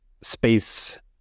space